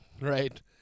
Right